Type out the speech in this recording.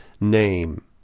name